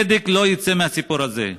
צדק לא יצא מהסיפור הזה,